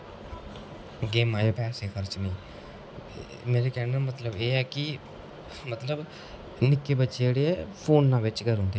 गैमां च पेसै खर्चने मेरे कैहने दा मतलब एह् है कि मतलब निक्के बच्चे जेह्डे़ फोने बिच गै रोंह्दे चौह्बी घैंटे बडे़ दे